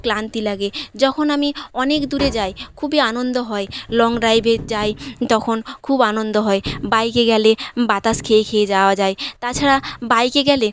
ক্লান্তি লাগে যখন আমি অনেক দূরে যাই খুবই আনন্দ হয় লং ড্রাইভে যাই তখন খুব আনন্দ হয় বাইকে গেলে বাতাস খেয়ে খেয়ে যাওয়া যায় তাছাড়া বাইকে গেলে